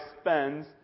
spends